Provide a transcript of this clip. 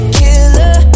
killer